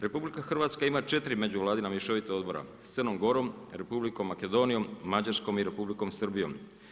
RH ima 4 međuvladina mješovita odbora sa Crnom Gorom, Republikom Makedonijom, Mađarskom i Republikom Srbijom.